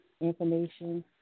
information